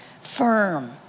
firm